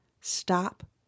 stop